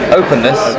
openness